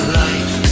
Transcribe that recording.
life